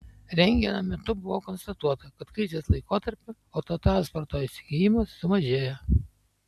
renginio metu buvo konstatuota kad krizės laikotarpiu autotransporto įsigijimas sumažėjo